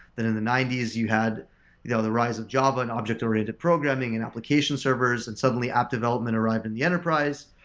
then in the ninety s you had you know the rise of java and object-oriented programming and application servers and suddenly app development arrived in the enterprise.